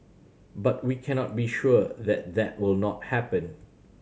but we cannot be sure that that will not happen